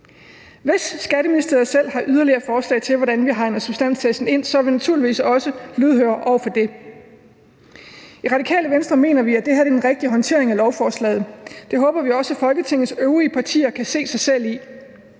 Hvis Skatteministeriet selv har yderligere forslag til, hvordan vi hegner substanstesten ind, er vi naturligvis også lydhøre over for det. I Radikale Venstre mener vi, at det her er den rigtige håndtering af lovforslaget, og vi håber også, at Folketingets øvrige partier kan se sig selv i